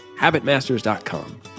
habitmasters.com